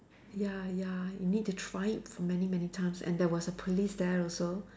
ya ya you need to try it for many many times and there was a police there also